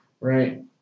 Right